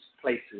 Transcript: places